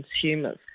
consumers